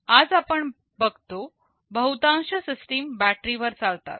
आज आपण बघतो बहुतांश सिस्टीम बॅटरीवर चालतात